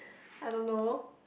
I don't know